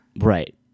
right